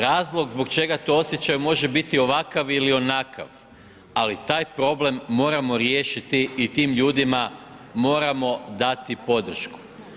Razlog zbog čega to osjećaju može biti ovakav ili onakav, ali taj problem moramo riješiti i tim ljudima moramo dati podršku.